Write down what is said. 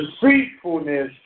Deceitfulness